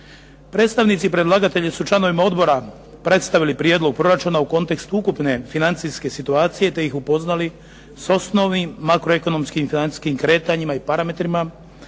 Predstavnici predlagatelja su članovima odbora predstavili prijedlog proračuna u kontekstu ukupne financijske situacije te ih upoznali s osnovnim makroekonomskim i financijskim kretanjima i parametrima